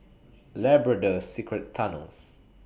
Labrador Secret Tunnels